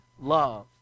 love